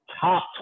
top